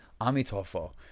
Amitofo